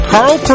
Carl